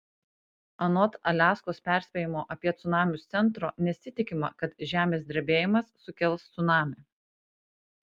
anot aliaskos perspėjimo apie cunamius centro nesitikima kad žemės drebėjimas sukels cunamį